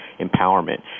empowerment